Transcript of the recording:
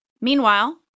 Meanwhile